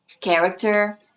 character